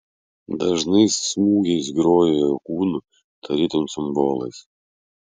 dažnais smūgiais grojo jo kūnu tarytum cimbolais